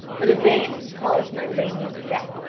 but yvain has caused my lady's death,